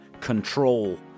control